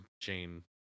Jane